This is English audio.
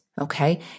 okay